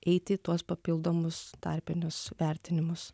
eiti tuos papildomus tarpinius vertinimus